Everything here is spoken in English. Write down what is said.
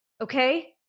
Okay